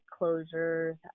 closures